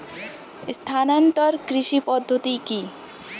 স্থানান্তর কৃষি পদ্ধতি কি?